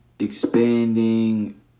Expanding